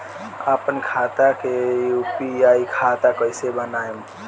आपन खाता के यू.पी.आई खाता कईसे बनाएम?